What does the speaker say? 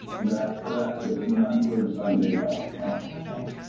that's correct. it does not include sunday traffic counts. okay.